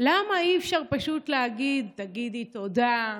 למה אי-אפשר פשוט להגיד: תגידי תודה,